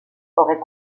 aurait